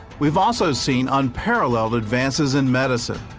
we've also seen unparalleled advances in medicine,